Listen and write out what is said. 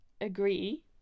agree